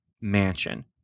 mansion